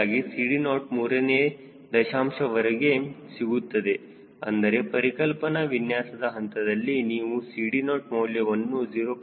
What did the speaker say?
ಹೀಗಾಗಿ CD0 ಮೂರನೇ ದಶಾಂಶವರೆಗೆ ಸಿಗುತ್ತದೆ ಆದರೆ ಪರಿಕಲ್ಪನಾ ವಿನ್ಯಾಸದ ಹಂತದಲ್ಲಿ ನೀವು CD0 ಮೌಲ್ಯವನ್ನು 0